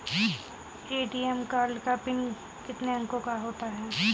ATM card का पिन कितने अंकों का होता है?